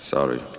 Sorry